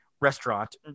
restaurant